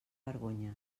vergonya